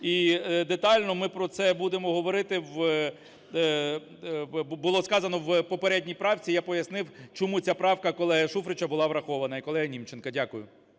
І детально ми про це будемо говорити в… було сказано в попередній правці, я пояснив чому ця правка колеги Шуфрича була врахована і колеги Німченка. Дякую.